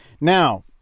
Now